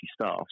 staff